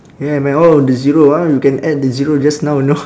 yeah man oh the zero ah you can add the zero just now know